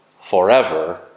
forever